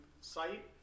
site